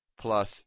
plus